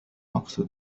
أقصد